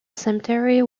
cemetery